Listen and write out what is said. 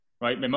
right